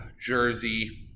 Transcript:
Jersey